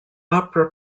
opera